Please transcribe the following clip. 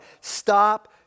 Stop